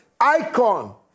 icon